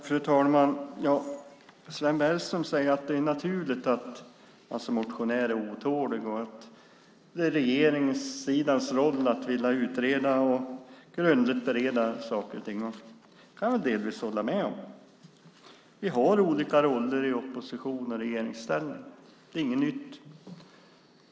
Fru talman! Sven Bergström säger att det är naturligt att man som motionär är otålig och att det är regeringssidans roll att vilja utreda och grundligt bereda saker och ting, och det kan jag delvis hålla med om. Vi har olika roller i opposition och i regeringsställning. Det är inget nytt.